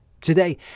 Today